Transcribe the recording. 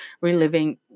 reliving